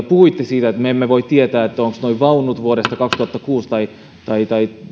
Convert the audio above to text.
puhuitte siitä että me emme voi tietää ovatko nuo vaunut vuodelta kaksituhattakuusi tai tai